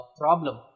problem